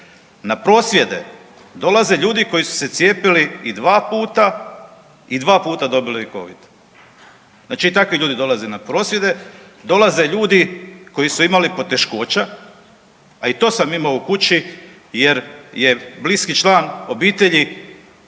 Na prosvjede dolaze ljudi koji su se cijepili i dva puta i dva puta dobili covid, znači i takvi ljudi dolaze na prosvjede. Dolaze ljudi koji su imali poteškoća, a i to sam imao u kući jer je bliski član obitelji